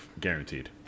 guaranteed